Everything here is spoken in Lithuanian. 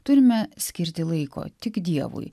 turime skirti laiko tik dievui